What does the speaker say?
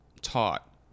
taught